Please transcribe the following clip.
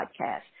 podcast